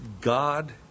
God